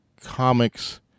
comics